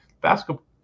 basketball